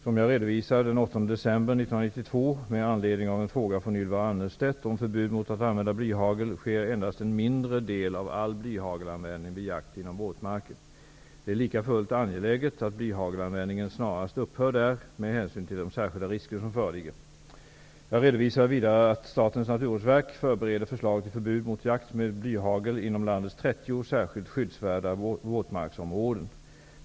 Som jag redovisade den 8 december 1992 med anledning av en fråga från Ylva Annerstedt om förbud mot att använda blyhagel, sker endast en mindre del av all blyhagelanvändning vid jakt inom våtmarker. Det är likafullt angeläget att blyhagelanvändningen snarast upphör där med hänsyn till de särskilda risker som föreligger. Jag redovisade vidare att Statens naturvårdsverk förbereder förslag till förbud mot jakt med blyhagel inom landets 30 särskilt skyddsvärda våtmarksområden.